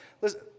listen